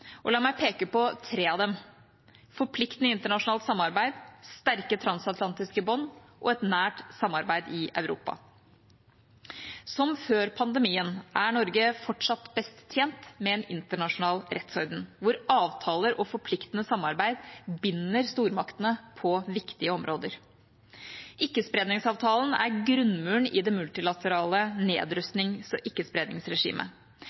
La meg peke på tre av dem: et forpliktende internasjonalt samarbeid, sterke transatlantiske bånd og et nært samarbeid i Europa. Som før pandemien er Norge fortsatt best tjent med en internasjonal rettsorden, der avtaler og forpliktende samarbeid binder stormaktene på viktige områder. Ikkespredningsavtalen er grunnmuren i det multilaterale